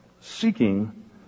seeking